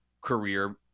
career